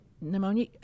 pneumonia